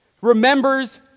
remembers